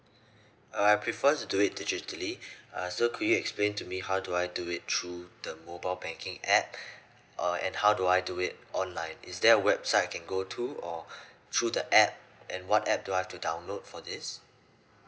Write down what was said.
uh I prefer to do it digitally uh so could you explain to me how do I do it through the mobile banking app uh and how do I do it online is there a website I can go to or through the app and what app do I have to download for this